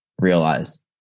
realize